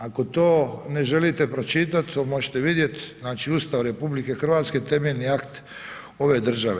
Ako to ne želite pročitati, to možete vidjeti, znači Ustav RH, temeljni akt ove države.